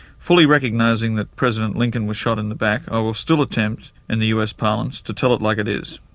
fully recognizing that president lincoln was shot in the back, i will still attempt, in the us parlance, to tell it like it is.